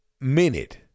minute